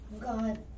God